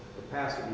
capacity